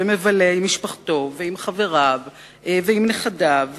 ומבלה עם משפחתו ועם חבריו ועם נכדיו,